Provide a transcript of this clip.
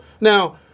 Now